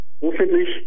hoffentlich